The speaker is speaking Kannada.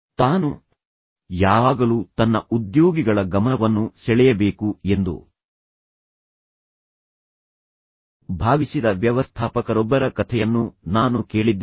ತಾನು ಯಾವಾಗಲೂ ತನ್ನ ಉದ್ಯೋಗಿಗಳ ಗಮನವನ್ನು ಸೆಳೆಯಬೇಕು ಎಂದು ಭಾವಿಸಿದ ವ್ಯವಸ್ಥಾಪಕರೊಬ್ಬರ ಕಥೆಯನ್ನು ನಾನು ಕೇಳಿದ್ದೇನೆ